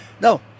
No